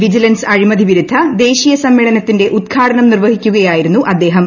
vigilance അഴിമതി വിരുദ്ധ ദേശീയ സമ്മേളനത്തിന്റെ ഉദ്ഘാടനം നിർവഹിക്കുകയായിരുന്നു അദ്ദേഹം